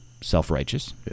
self-righteous